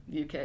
UK